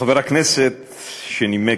חבר הכנסת שנימק,